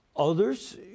Others